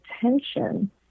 attention